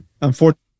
unfortunately